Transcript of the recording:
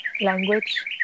language